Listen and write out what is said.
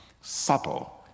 subtle